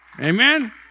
Amen